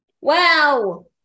Wow